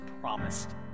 promised